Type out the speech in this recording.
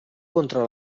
contra